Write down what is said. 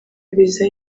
viza